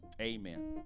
Amen